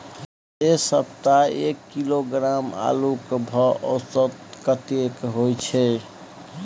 ऐ सप्ताह एक किलोग्राम आलू के भाव औसत कतेक होय छै?